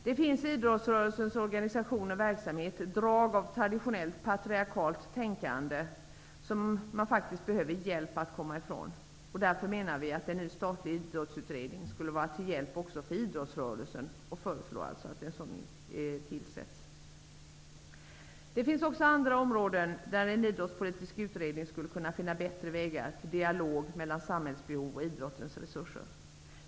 Det finns i idrottsrörelsens organisation och verksamhet drag av traditionellt patriarkaliskt tänkande som man behöver hjälp att komma ifrån. Vi menar därför att en ny statlig utredning skulle vara till hjälp också för idrottsrörelsen, och vi föreslår alltså att en sådan tillsätts. Det finns också andra områden där en idrottspolitisk utredning skulle kunna finna bättre vägar till dialog mellan samhällsbehov och idrottens resurser.